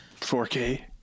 4K